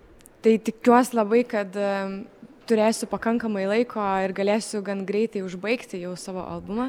tai tikiuos labai kad turėsiu pakankamai laiko ir galėsiu gan greitai užbaigti jau savo albumą